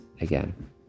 again